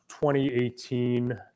2018